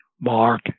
Mark